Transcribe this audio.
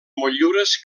motllures